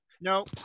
No